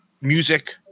music